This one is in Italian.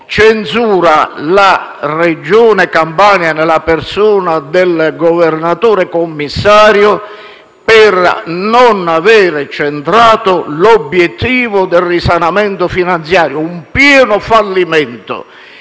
censura la Regione Campania, nella persona del Governatore commissario, per non avere centrato l'obiettivo del risanamento finanziario: un pieno fallimento!